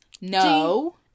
No